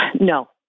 No